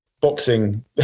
Boxing